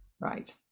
right